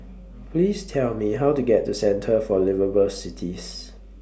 Please Tell Me How to get to Centre For Liveable Cities